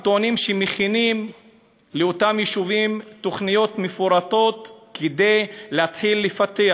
הם טוענים שמכינים לאותם יישובים תוכניות מפורטות כדי להתחיל לפתח,